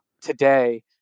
today